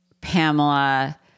Pamela